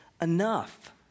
enough